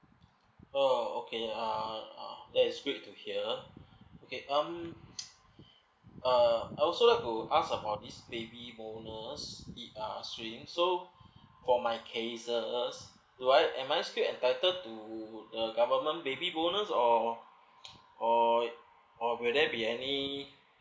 oh okay uh um that is good to hear okay um uh I also like to ask about this baby bonus it uh stream so for my cases do I am I still entitled to the government baby bonus or or or will there be any